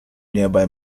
nearby